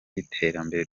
y’iterambere